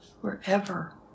wherever